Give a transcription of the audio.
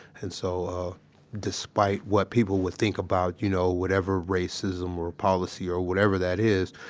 and so despite what people would think about, you know, whatever, racism or policy or whatever that is,